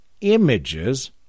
images